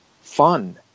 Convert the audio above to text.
Fun